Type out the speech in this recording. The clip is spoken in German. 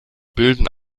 bilden